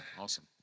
awesome